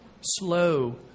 slow